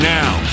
now